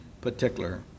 particular